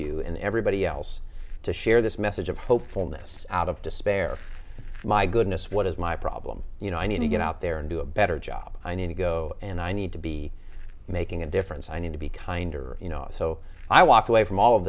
you and everybody else to share this message of hopefulness out of despair my goodness what is my problem you know i need to get out there and do a better job i need to go and i need to be making a difference i need to be kinder you know so i walked away from all of